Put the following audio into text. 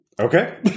Okay